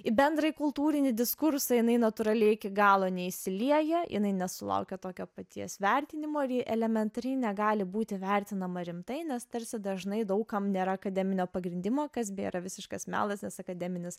į bendrąjį kultūrinį diskursą jinai natūraliai iki galo neįsilieja jinai nesulaukia tokio paties vertinimo ir ji elementariai negali būti vertinama rimtai nes tarsi dažnai daug kam nėra akademinio pagrindimo kas bėra visiškas melas akademinis